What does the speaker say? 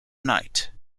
night